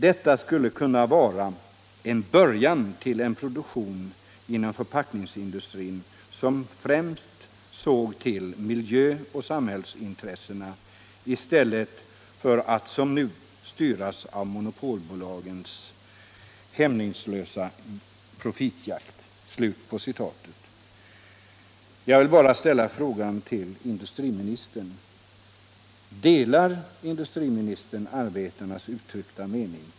———- Det skulle kunna vara en början till en produktion inom förpackningsindustrin som främst såg till miljöoch samhällsintresset, i stället för att som nu styras av monopolbolagens hämningslösa profitjakt.” Jag vill bara ställa frågan till industriministern: Delar industriministern arbetarnas uttryckta mening?